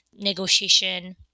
negotiation